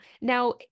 now